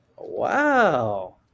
Wow